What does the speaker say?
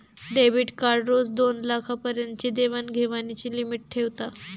debit card रोज दोनलाखा पर्यंतची देवाण घेवाणीची लिमिट ठेवता